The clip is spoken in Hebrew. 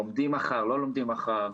האם לומדים מחר או לא לומדים מחר,